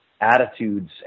attitudes